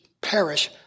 perish